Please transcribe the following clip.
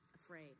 afraid